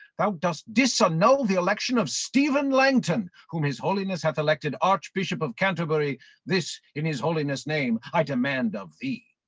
thou dost disanull the election of stephen langton, whom his holiness hath elected archbishop of canterbury this in his holiness' name i demand of thee.